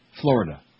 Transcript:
Florida